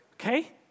Okay